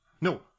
No